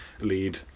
lead